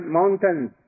mountains